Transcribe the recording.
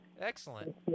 excellent